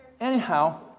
Anyhow